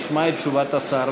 אכן נשמע את תשובת השר,